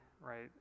right